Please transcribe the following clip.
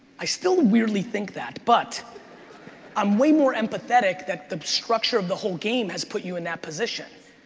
i still weirdly think that, but i'm way more empathetic that the structure of the whole game has put you in that position.